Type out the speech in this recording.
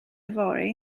yfory